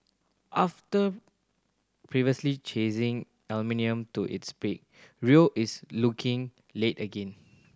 after previously chasing aluminium to its peak Rio is looking late again